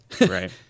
Right